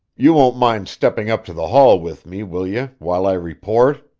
you won't mind stepping up to the hall with me, will ye, while i report?